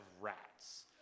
rats